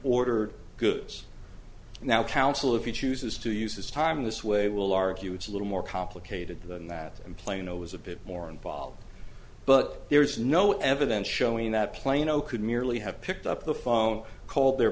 order goods now counsel if you chooses to use his time this way will argue it's a little more complicated than that in plano was a bit more involved but there is no evidence showing that plano could merely have picked up the phone call their